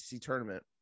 tournament